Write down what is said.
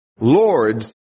lords